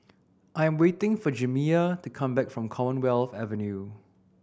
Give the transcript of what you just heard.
I am waiting for Jamiya to come back from Commonwealth Avenue